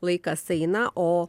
laikas eina o